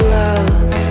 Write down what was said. love